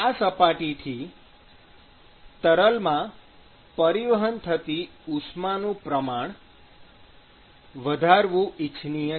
આ સપાટીથી તરલમાં પરિવહન થતી ઉષ્માનું પ્રમાણ વધારવું ઇચ્છનીય છે